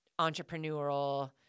entrepreneurial